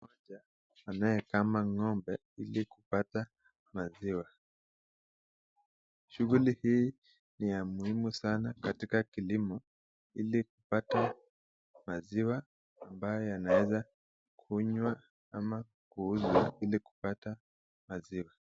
Anayekama ng'ombe ili kupata maziwa. Shughuli hii ni ya maana sana katika kilimo ili kupata maziwa ambayo yanaweza kunywa ama kuuza ili kupata hazina.